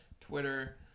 Twitter